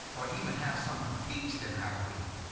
or even have someone teach them how to read.